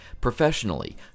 Professionally